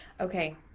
Okay